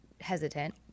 hesitant